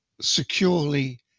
securely